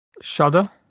Shudder